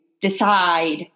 decide